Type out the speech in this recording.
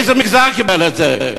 איזה מגזר קיבל את זה?